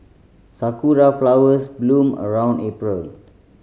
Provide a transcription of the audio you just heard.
sakura flowers bloom around April